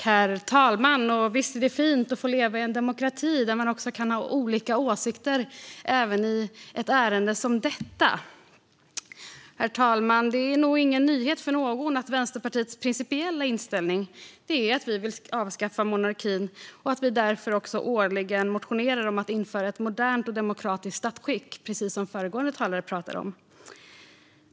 Herr talman! Visst är det fint att få leva i en demokrati där man kan ha olika åsikter även i ett ärende som detta. Herr talman! Det är nog ingen nyhet för någon att Vänsterpartiets principiella inställning är att vi vill avskaffa monarkin och att vi därför årligen motionerar om att införa ett modernt och demokratiskt statsskick, precis som föregående talare sa.